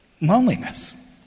Loneliness